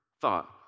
thought